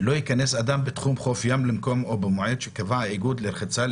לא ייכנס אדם בתחום חוף ים למקום או במועד שקבע האיגוד לרחצה,